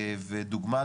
ודוגמה,